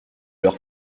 leur